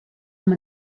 amb